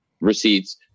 receipts